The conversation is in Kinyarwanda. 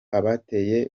abateye